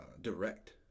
direct